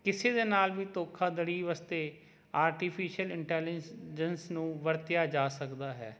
ਕਿਸੇ ਦੇ ਨਾਲ ਵੀ ਧੋਖਾਧੜੀ ਵਾਸਤੇ ਆਰਟੀਫਿਸ਼ਅਲ ਇੰਟੈਲੀਜੈਂਸ ਨੂੰ ਵਰਤਿਆ ਜਾ ਸਕਦਾ ਹੈ